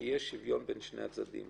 שיהיה שוויון בין שני הצדדים.